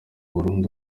burundu